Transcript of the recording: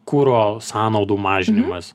kuro sąnaudų mažinimas